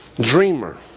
dreamer